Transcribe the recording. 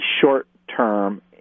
short-term